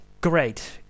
Great